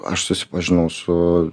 aš susipažinau su